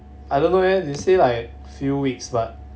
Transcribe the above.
I don't know leh they say like few weeks but